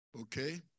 okay